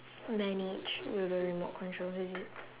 then each with a remote control is it